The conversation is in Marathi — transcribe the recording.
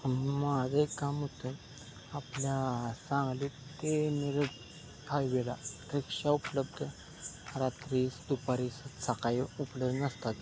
माझं काम होतं आपल्या सांगा ते निर हायवेला रिक्षा उपलब्ध रात्री दुपारीस साखायो उपलब्ध नसतात